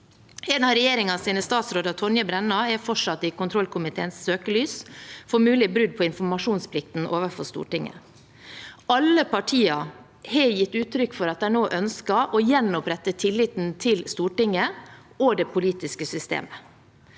En av regjeringens statsråder, Tonje Brenna, er fortsatt i kontrollkomiteens søkelys for mulig brudd på informasjonsplikten overfor Stortinget. Alle partier har gitt uttrykk for at de nå ønsker å gjenopprette tilliten til Stortinget og det politiske systemet.